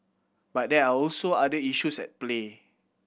but there are also other issues at play